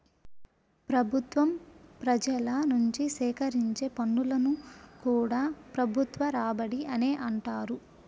ప్రభుత్వం ప్రజల నుంచి సేకరించే పన్నులను కూడా ప్రభుత్వ రాబడి అనే అంటారు